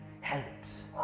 helps